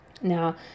Now